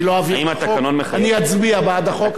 אני לא אעביר את החוק, אני אצביע בעד החוק.